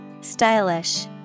Stylish